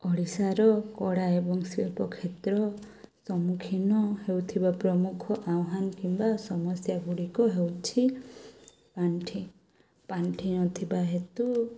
ଓଡ଼ିଶାର କଳା ଏବଂ ଶିଳ୍ପ କ୍ଷେତ୍ର ସମ୍ମୁଖୀନ ହେଉଥିବା ପ୍ରମୁଖ ଆହ୍ୱାନ କିମ୍ବା ସମସ୍ୟା ଗୁଡ଼ିକ ହେଉଛି ପାଣ୍ଠି ପାଣ୍ଠି ନଥିବା ହେତୁ